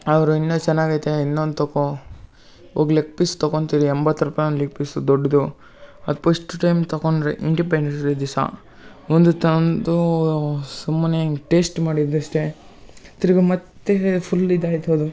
ಅವ್ರು ಇನ್ನೂ ಚೆನ್ನಾಗೈತೆ ಇನ್ನೊಂದು ತಗೊ ಹೋಗ್ ಲೆಗ್ ಪೀಸ್ ತಕೊತಿ ಎಂಬತ್ತು ರೂಪಾಯಿ ಒನ್ ಲೆಗ್ ಪೀಸು ದೊಡ್ಡದು ಅದು ಪಶ್ಟ್ ಟೈಮ್ ತಗೊಂಡ್ವಿ ಇಂಡಿಪೆಂಡೆನ್ಸ್ ಡೇ ದಿವ್ಸ ಒಂದು ತಂದು ಸುಮ್ಮನೆ ಹಿಂಗ್ ಟೇಸ್ಟ್ ಮಾಡಿದ್ದು ಅಷ್ಟೇ ತಿರ್ಗಿ ಮತ್ತೆ ಫುಲ್ ಇದಾಯಿತು ಅದು